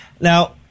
Now